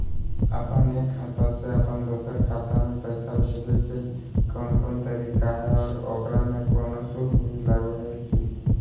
अपन एक खाता से अपन दोसर खाता में पैसा भेजे के कौन कौन तरीका है और ओकरा में कोनो शुक्ल भी लगो है की?